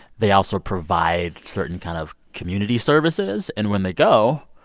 they also provide certain kind of community services. and when they go,